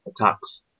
attacks